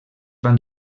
van